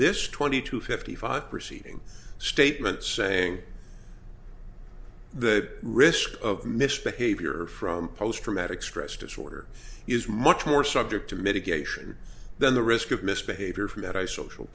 this twenty two fifty five proceeding statement saying the risk of misbehavior from post traumatic stress disorder is much more subject to mitigation than the risk of misbehavior from that eye social